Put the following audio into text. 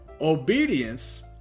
Obedience